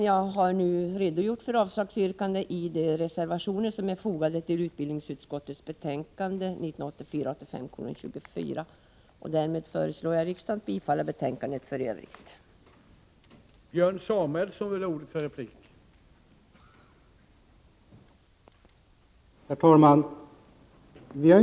Jag har nu redogjort för mina skäl att yrka avslag på reservationerna som är fogade till utbildningsutskottets betänkande 1984/ 85:24, och jag föreslår att riksdagen bifaller utskottets hemställan i dess helhet.